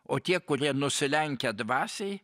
o tie kurie nusilenkia dvasiai